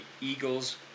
Eagles